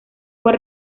fue